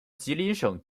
吉林省